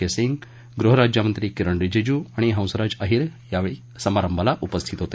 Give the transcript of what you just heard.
के सिंग गहराज्यमंत्री किरण रिजीज् आणि हंसराज अहीर या समारंभात उपस्थित होते